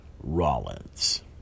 Rollins